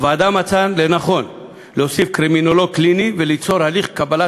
הוועדה מצאה לנכון להוסיף קרימינולוג קליני וליצור הליך קבלת